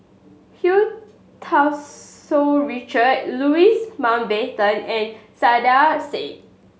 Hu Tau Tsu Richard Louis Mountbatten and Saiedah Said